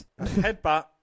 Headbutt